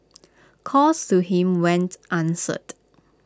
calls to him went answered